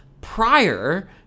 prior